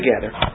together